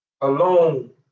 alone